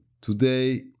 Today